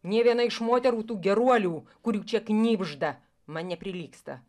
nė viena iš moterų tų geruolių kurių čia knibžda man neprilygsta